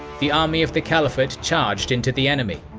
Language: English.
the army of the caliphate charged into the enemy.